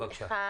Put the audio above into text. אחד